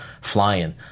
flying